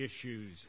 issues